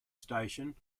station